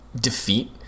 defeat